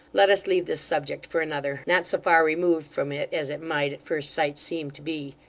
let us leave this subject for another not so far removed from it as it might, at first sight, seem to be.